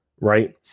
right